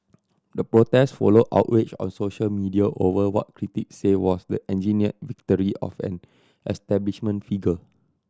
the protest followed outrage on social media over what critics say was the engineered victory of an establishment figure